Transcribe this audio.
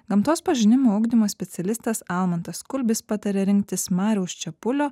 gamtos pažinimo ugdymo specialistas almantas kulbis pataria rinktis mariaus čepulio